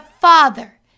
Father